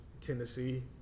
Tennessee